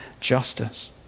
justice